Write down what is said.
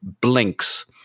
blinks